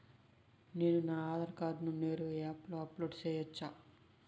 నేను నా ఆధార్ కార్డును నేరుగా యాప్ లో అప్లోడ్ సేయొచ్చా?